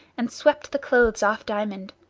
and swept the clothes off diamond.